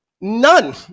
None